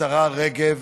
השרה רגב,